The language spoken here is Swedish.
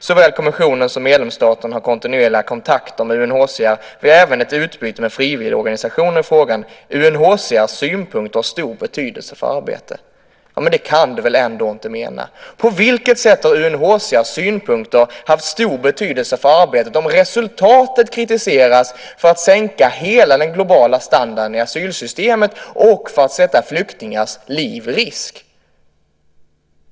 Såväl kommissionen som medlemsstaterna har kontinuerliga kontakter med UNHCR. Vi har även ett utbyte med frivilligorganisationer i frågan. UNHCR:s synpunkter har stor betydelse för arbetet. Det kan du väl ändå inte mena. På vilket sätt har UNHCR:s synpunkter haft stor betydelse för arbetet om resultatet kritiseras för att sänka hela den globala standarden i asylsystemet och för att sätta flyktingars liv i risk?